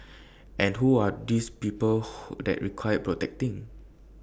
and who are these people that require protecting